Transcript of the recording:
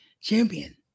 champion